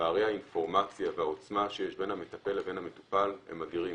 פערי האינפורמציה והעוצמה שיש בין המטפל לבין המטופל הם אדירים,